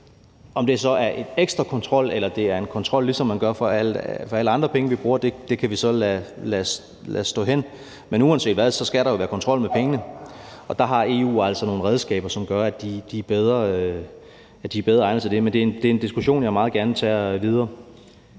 Om det så er en ekstra kontrol eller det er en kontrol, ligesom man har for alle andre penge, vi bruger, kan vi så lade stå hen. Uanset hvad skal der jo være kontrol med pengene, og der har EU altså nogle redskaber, som gør, at de er bedre egnet til det. Men det er en diskussion, jeg meget gerne tager videre.